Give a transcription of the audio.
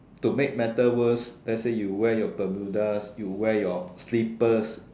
to make matter worse let's say you wear your Bermudas you wear your slippers